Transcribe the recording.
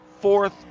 fourth